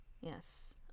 Yes